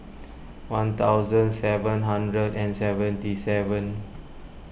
one thousand seven hundred and seventy seven